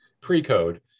pre-code